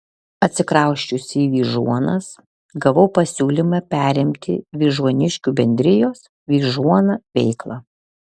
atsikrausčiusi į vyžuonas gavau pasiūlymą perimti vyžuoniškių bendrijos vyžuona veiklą